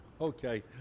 okay